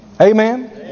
Amen